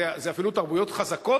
זה אפילו תרבויות חזקות,